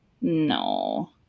No